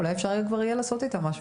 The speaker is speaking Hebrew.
אולי אפשר כבר יהיה לעשות איתו משהו.